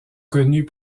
connus